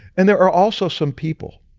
and there are also some people,